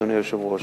אדוני היושב-ראש,